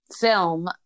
film